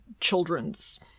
children's